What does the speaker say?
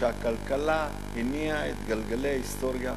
שהכלכלה הניעה את גלגלי ההיסטוריה,